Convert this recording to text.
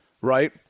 right